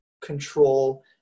control